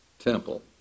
Temple